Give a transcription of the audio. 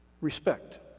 Respect